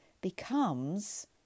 becomes